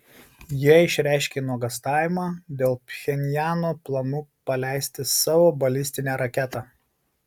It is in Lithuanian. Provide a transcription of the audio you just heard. jie išreiškė nuogąstavimą dėl pchenjano planų paleisti savo balistinę raketą